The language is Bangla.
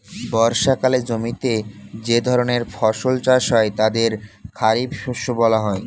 বর্ষাকালে জমিতে যে ধরনের ফসল চাষ হয় তাদের খারিফ শস্য বলা হয়